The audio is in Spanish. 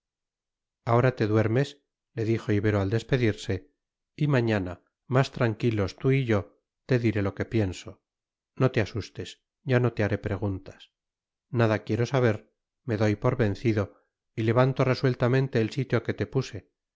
ahora te duermes le dijo ibero al despedirse y mañana más tranquilos tú y yo te diré lo que pienso no te asustes ya no te haré preguntas nada quiero saber me doy por vencido y levanto resueltamente el sitio que te puse